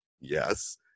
Yes